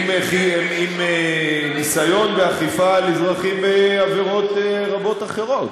עם ניסיון באכיפה על אזרחים בעבירות רבות אחרות,